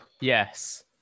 Yes